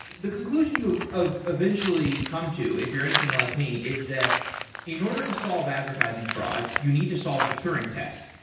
the conclusion you ah eventually come to, if you're anything like me, is that in order to solve advertising fraud, you need to solve the turing test,